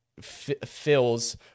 fills